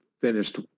finished